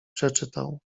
przeczytał